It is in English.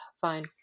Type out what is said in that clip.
fine